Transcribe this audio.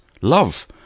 love